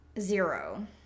zero